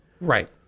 Right